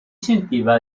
sentiva